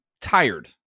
tired